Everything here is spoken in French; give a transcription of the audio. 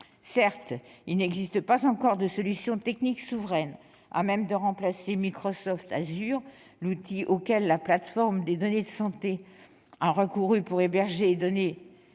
Certes, il n'existe pas encore de solution technique souveraine à même de remplacer Microsoft Azure, l'outil auquel la plateforme des données de santé a recouru pour héberger et gérer